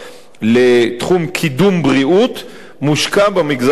מתקציב משרד הבריאות המוקצב לתחום קידום הבריאות מושקע במגזר הערבי.